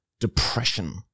Depression